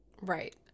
Right